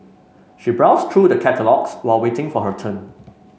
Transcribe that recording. she browsed through the catalogues while waiting for her turn